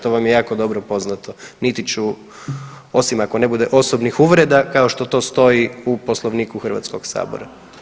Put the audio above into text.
To vam je dobro poznato, niti ću osim ako ne bude osobnih uvreda kao što to stoji u Poslovniku Hrvatskog sabora.